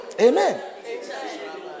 Amen